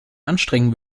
anstrengen